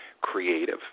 creative